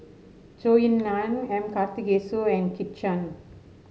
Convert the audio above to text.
Zhou Ying Nan M Karthigesu and Kit Chan